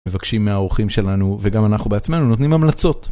מבקשים מהערוכים שלנו וגם אנחנו בעצמנו נותנים המלצות.